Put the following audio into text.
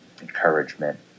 encouragement